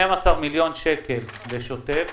12 מיליון שקלים זה שוטף,